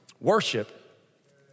Worship